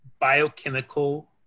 biochemical